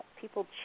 people